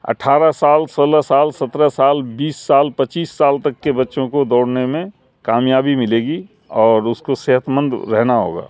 اٹھارہ سال سولہ سال سترہ سال بیس سال پچیس سال تک کے بچوں کو دوڑنے میں کامیابی ملے گی اور اس کو صحت مند رہنا ہوگا